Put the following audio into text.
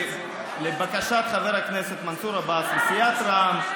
לבקשת חבר הכנסת מנסור עבאס וסיעת רע"מ,